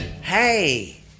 Hey